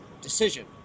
decision